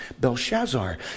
Belshazzar